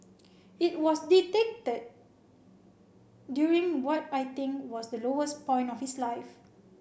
it was dictated during what I think was the lowest point of his life